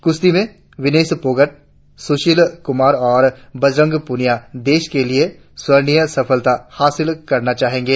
कुश्ती में विनेश फोगाट शुशील कुमार और बजरंग पुनिया देश के लिए स्वर्णिम सफलता हासित करना चाहेंगे